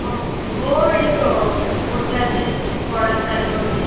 ও ও এই তো বসে আছে পড়া স্টাডি করছে